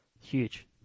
huge